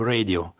Radio